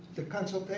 the consultation.